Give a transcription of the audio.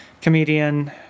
comedian